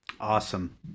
Awesome